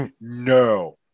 No